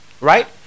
Right